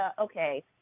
okay